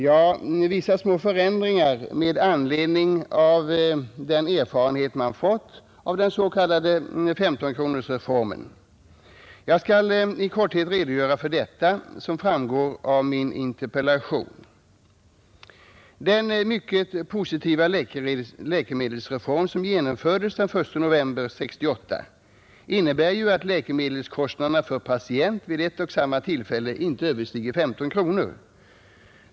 Jo, vissa små förändringar med anledning av den erfarenhet man fått av den s.k. 15-kronorsreformen. Jag skall i korthet redogöra för detta, som framgår av min interpellation. Den mycket positiva läkemedelsreform som genomfördes den 1 november 1968 innebär att läkemedelskostnaderna för patient vid ett och samma tillfälle inte överstiger 15 kronor.